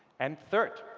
and third,